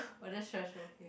oh just trash okay